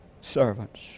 servants